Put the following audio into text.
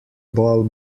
ball